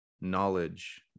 knowledge